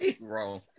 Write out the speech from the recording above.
wrong